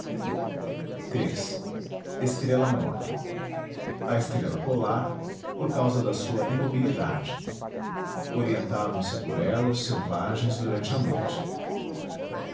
iii estrela morta a estrela polar por causa da sua imobilidade orientavam se por ela os selvagens durante a noite